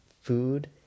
food